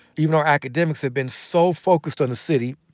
even our academics have been so focused on the city,